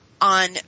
On